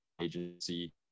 agency